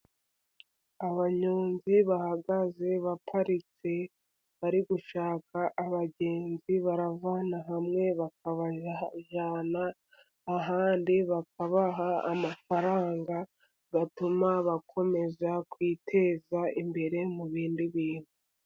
Abanyonzi bahagaze baparitse, bari gushaka abagenzi baravana hamwe bakabajyana ahandi, bakabaha amafaranga atuma bakomeza kwiteza imbere mu bindi bintu.